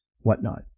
whatnot